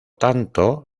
tanto